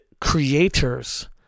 creators